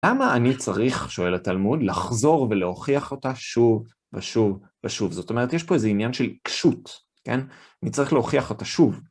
למה אני צריך, שואל התלמוד, לחזור ולהוכיח אותה שוב ושוב ושוב? זאת אומרת, יש פה איזה עניין של קשות, כן? אני צריך להוכיח אותה שוב.